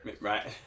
Right